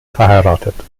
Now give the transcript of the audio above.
verheiratet